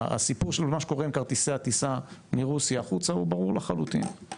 הסיפור של מה שקורה עם כרטיסי הטיסה מרוסיה החוצה הוא ברור לחלוטין,